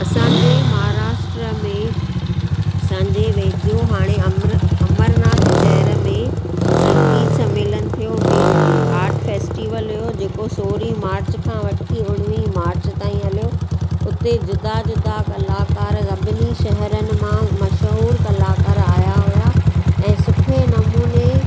असांजे महाराष्ट्र में असांजे वेझो हाणे अमर अमरनाथ शहर में संगीत सम्मेलन थियो उमेदि आहे आट फेस्टिवल जेको सोरहीं मार्च खां वठी उणिवीह मार्च ताईं हलियो उते जुदा जुदा कलाकार सभिनी शहरनि मां मशहूर कलाकार आया हुआ ऐं सुठे नमूने